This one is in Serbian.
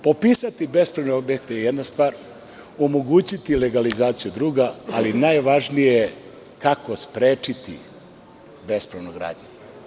Popisati bespravne objekte je jedna stvar, omogućiti legalizaciju je druga, ali najvažnije kako sprečiti bespravnu gradnju.